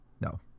No